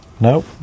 Nope